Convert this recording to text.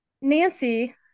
Nancy